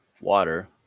water